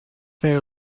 very